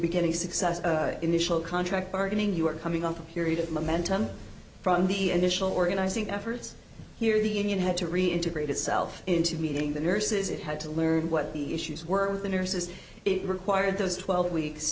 beginning success initial contract bargaining you are coming up a period of momentum from the initial organizing efforts here the union had to reintegrate itself into meeting the nurses it had to learn what the issues were the nurses it required those twelve weeks